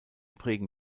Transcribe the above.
prägen